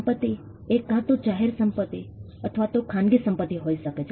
સંપતિ એ કાં તો જાહેર સંપતિ અથવા તો ખાનગી સંપતિ હોઈ શકે છે